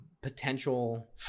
potential